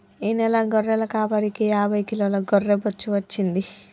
ఈ నెల గొర్రెల కాపరికి యాభై కిలోల గొర్రె బొచ్చు వచ్చింది